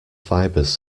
fibres